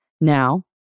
Now